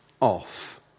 off